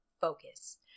focus